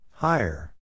Higher